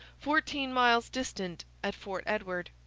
fourteen miles distant at fort edward.